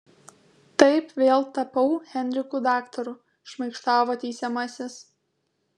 taip vėl tapau henriku daktaru šmaikštavo teisiamasis